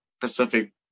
Pacific